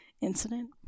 incident